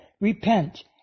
Repent